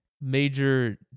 major